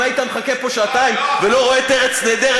שאם היית מחכה פה שעתיים ולא רואה את "ארץ נהדרת",